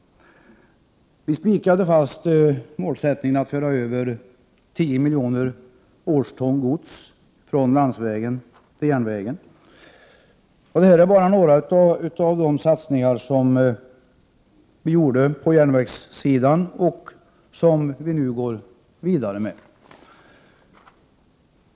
Vi spikade målsättningen att föra över 10 miljoner årston gods från landsvägen till järnvägen. Detta är bara några av de satsningar som vi gjorde på järnvägssidan och som vi nu går vidare med.